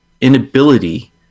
inability